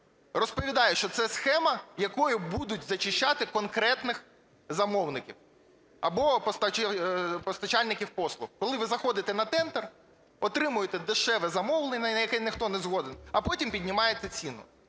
Розповідаю, що це схема, якою будуть зачищати конкретних замовників або постачальників послуг. Коли ви заходите на тендер, отримуєте дешеве замовлення, на яке ніхто не згоден, а потім піднімаєте ціну.